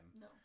No